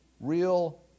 real